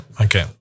okay